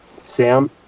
Sam